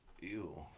Ew